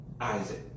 Isaac